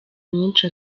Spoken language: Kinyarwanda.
nyinshi